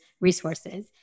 resources